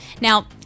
Now